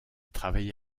travaille